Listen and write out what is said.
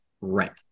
Right